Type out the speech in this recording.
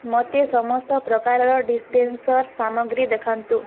ମୋତେ ସମସ୍ତ ପ୍ରକାରର ଡିସ୍ପେନ୍ସର୍ ସାମଗ୍ରୀ ଦେଖାନ୍ତୁ